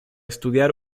estudiar